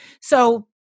So-